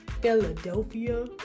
Philadelphia